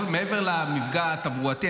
מעבר למפגע התברואתי,